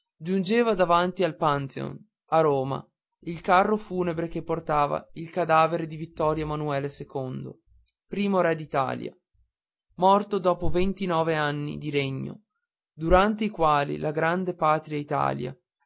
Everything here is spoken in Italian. giungeva davanti al pantheon a roma il carro funebre che portava il cadavere di ittorio manuele primo re d'italia morto dopo ventinove anni di regno durante i quali la grande patria italiana